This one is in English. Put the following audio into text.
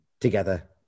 together